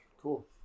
cool